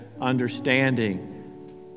understanding